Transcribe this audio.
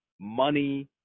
money